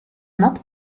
not